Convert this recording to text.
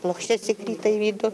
plokštes įkrita į vidų